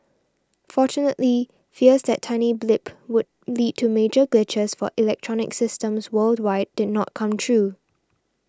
fortunately fears that tiny blip would lead to major glitches for electronic systems worldwide did not come true